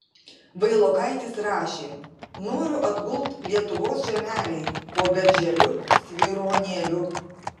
vailokaitis rašė noriu atgult lietuvos žemelėj po berželiu svyruonėliu